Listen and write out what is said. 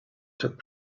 took